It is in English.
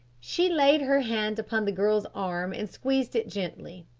she laid her hand upon the girl's arm and squeezed it gently.